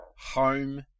Home